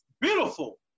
Beautiful